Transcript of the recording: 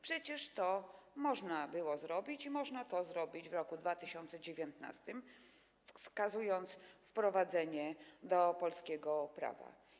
Przecież to można było zrobić i można to zrobić w roku 2019, wskazując wprowadzenie do polskiego prawa.